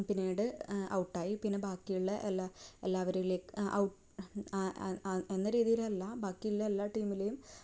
പിന്നീട് ഔട്ടായി പിന്നെ ബാക്കിയുള്ള എല്ലാം എല്ലാവരിലേക്ക് ഔ എന്ന രീതിയിലല്ല ബാക്കിയുള്ള എല്ലാ ടീമിലെയും